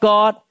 God